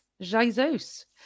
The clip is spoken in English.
Jesus